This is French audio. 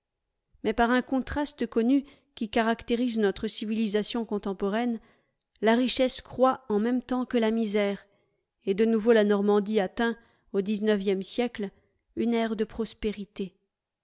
mais par un contraste connu qui caractérise notre civilisation contemporaine la richesse croît en même temps que la misère et de nouveau la normandie atteint au dix-neuvième siècle une ère de prospérité